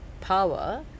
power